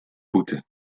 boete